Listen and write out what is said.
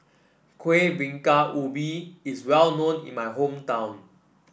Kueh Bingka Ubi is well known in my hometown